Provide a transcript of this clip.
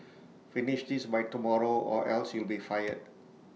finish this by tomorrow or else you'll be fired